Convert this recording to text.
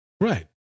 right